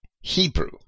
Hebrew